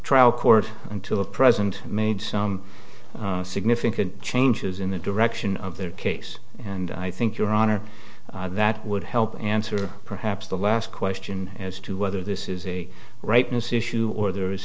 trial court and to a present made some significant changes in the direction of their case and i think your honor that would help answer perhaps the last question as to whether this is a rightness issue or there is